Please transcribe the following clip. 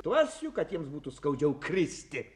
duosiu kad jiems būtų skaudžiau kristi